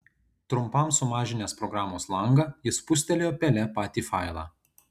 trumpam sumažinęs programos langą jis spustelėjo pele patį failą